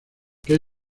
que